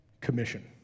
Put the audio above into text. commission